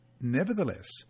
Nevertheless